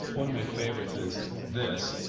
one of my favorites is this.